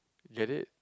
get it